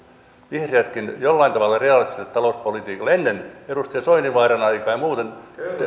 vihreätkin jollain tavalla realistiselle talouspolitiikalle ennen edustaja soininvaaran aikaan ja muuten